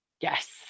Yes